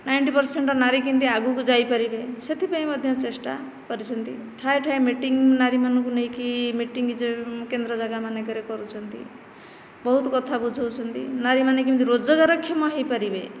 ninety percent ନାରୀ କେମିତି ଆଗକୁ ଯାଇପାରିବେ ସେଥିପାଇଁ ମଧ୍ୟ ଚେଷ୍ଟା କରିଛନ୍ତି ଠାଏ ଠାଏ ମିଟିଂ ନାରୀମାନଙ୍କୁ ନେଇକି ମିଟିଂ କେନ୍ଦ୍ର ଜାଗା ମାନଙ୍କରେ କରୁଛନ୍ତି ବହୁତ କଥା ବୁଝାଉଛନ୍ତି ନାରୀମାନେ କେମିତି ରୋଜଗାର କ୍ଷମ ହୋଇପାରିବେ